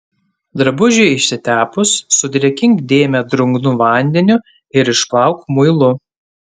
drabužiui išsitepus sudrėkink dėmę drungnu vandeniu ir išplauk muilu